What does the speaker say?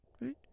Right